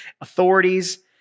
authorities